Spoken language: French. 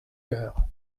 coeur